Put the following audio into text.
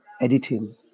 editing